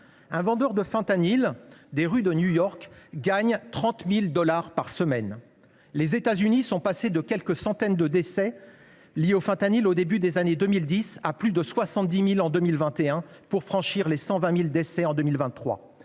Un vendeur de Fentanyl dans les rues de New York gagne 30 000 dollars par semaine. Les États Unis sont passés de quelques centaines de décès liés à ce produit au début des années 2010, à plus de 70 000 en 2021, pour franchir la barre des 120 000 décès en 2023.